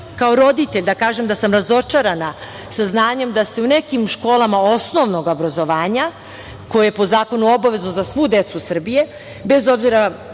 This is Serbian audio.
kao roditelj da kažem da sam razočarana saznanjem da se u nekim školama osnovnog obrazovanja, koje je po zakonu obavezno za svu decu Srbije, bez obzira